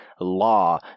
law